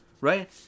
Right